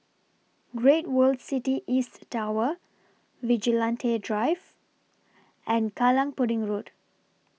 Great World City East Tower Vigilante Drive and Kallang Pudding Road